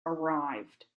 arrived